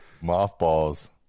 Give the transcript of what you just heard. mothballs